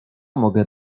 mogę